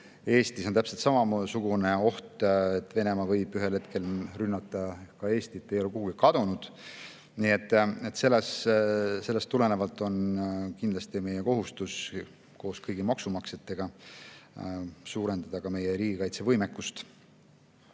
siin on täpselt samasugune oht, et Venemaa võib ühel hetkel rünnata Eestit. See ei ole kuhugi kadunud. Nii et sellest tulenevalt on kindlasti meie kohustus koos kõigi maksumaksjatega suurendada meie riigikaitse võimekust. Teine,